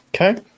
okay